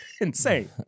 Insane